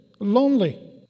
Lonely